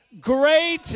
great